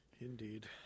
Indeed